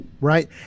right